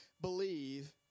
believe